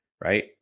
right